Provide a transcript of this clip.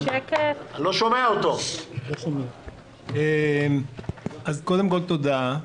קודם כול, תודה.